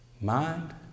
mind